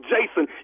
Jason